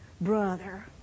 brother